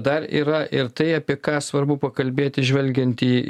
dar yra ir tai apie ką svarbu pakalbėti žvelgiant į